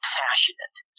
passionate